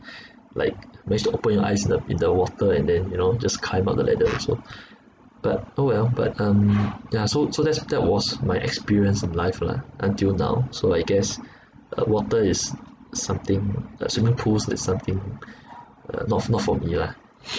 like managed to open your eyes in the in the water and then you know just climb up the ladder also but oh well but um yeah so so that's that was my experience of life lah until now so I guess uh water is something uh swimming pools is something uh not not for me lah